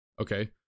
okay